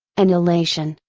an elation,